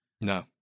No